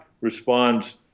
responds